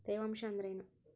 ತೇವಾಂಶ ಅಂದ್ರೇನು?